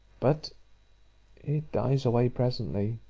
but it dies away presently